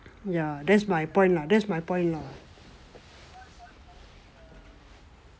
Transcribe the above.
ya that's my point lah that's my point lah